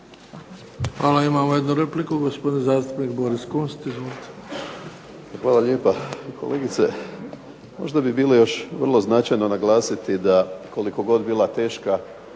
Hvala. Imamo jednu repliku, gospodin zastupnik Boris Kunst. Izvolite. **Kunst, Boris (HDZ)** Hvala lijepa. Kolegice, možda bi bilo još vrlo značajno naglasiti da koliko god bila teška